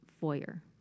foyer